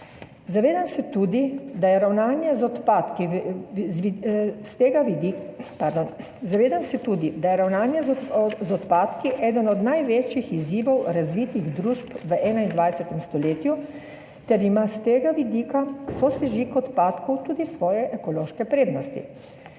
Zavedam se tudi, da je ravnanje z odpadki eden od največjih izzivov razvitih družb v 21. stoletju ter ima s tega vidika sosežig odpadkov tudi svoje ekološke prednosti.